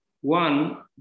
One